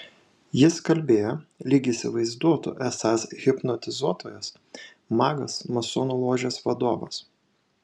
jis kalbėjo lyg įsivaizduotų esąs hipnotizuotojas magas masonų ložės vadovas